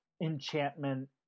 enchantment